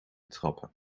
trappen